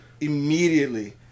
Immediately